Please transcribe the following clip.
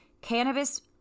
Cannabis